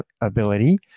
ability